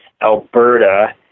Alberta